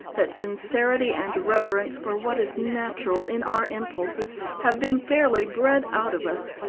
that sincerity and reverence for what is natural in our impulses have been fairly bred out of us,